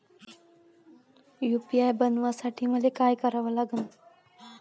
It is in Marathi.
यू.पी.आय बनवासाठी मले काय करा लागन?